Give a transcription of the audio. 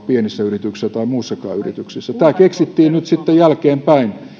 pienissä yrityksissä tai muissakaan yrityksissä tämä keksittiin nyt sitten jälkeenpäin